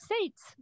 states